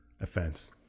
offense